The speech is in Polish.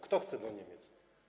Kto chce do Niemiec?